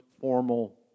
formal